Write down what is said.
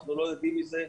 אנחנו לא יודעים מזה.